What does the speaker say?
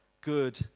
good